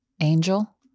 Angel